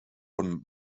von